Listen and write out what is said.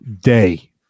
day